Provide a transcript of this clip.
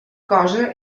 cosa